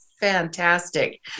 fantastic